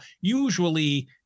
usually